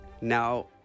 Now